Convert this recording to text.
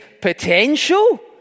potential